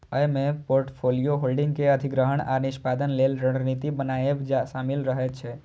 अय मे portfolio holding के अधिग्रहण आ निष्पादन लेल रणनीति बनाएब शामिल रहे छै